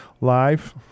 live